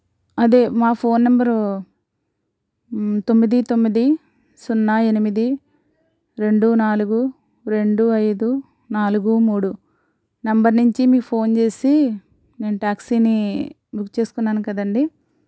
అదే మా phone number తొమ్మిది తొమ్మిది సున్నా ఎనిమిది రెండు నాలుగు రెండు ఐదు నాలుగు మూడు నెంబర్ నుంచి మీకు ఫోన్ చేసి నేను టాక్సీని బుక్ చేసుకున్నాను కదండి